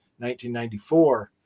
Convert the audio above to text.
1994